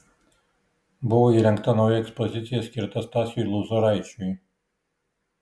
buvo įrengta nauja ekspozicija skirta stasiui lozoraičiui